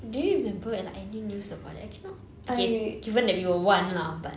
do you remember like any news about it I cannot okay given that we were one lah